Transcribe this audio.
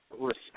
respect